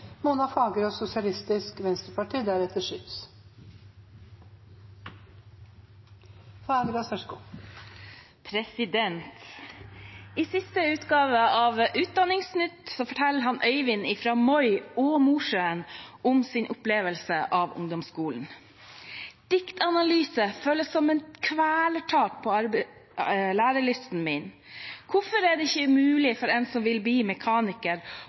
I siste utgave av Utdanningsnytt forteller Øivind fra Moi og Mosjøen om sin opplevelse av ungdomsskolen: «Diktanalyse føles som et kvelertak på lærelysten min. Hvorfor er det ikke mulig for en som vil bli mekaniker